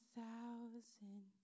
thousand